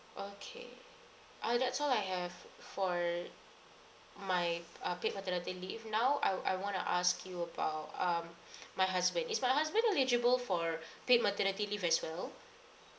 okay ah that's all I have for my uh paid maternity leave now I I wanna ask you about um my husband is my husband eligible for paid maternity leave as well